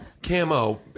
Camo